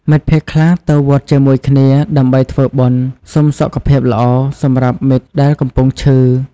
មិត្តភក្តិខ្លះទៅវត្តជាមួយគ្នា ដើម្បីធ្វើបុណ្យសុំសុខភាពល្អសម្រាប់មិត្តដែលកំពុងឈឺ។